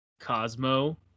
Cosmo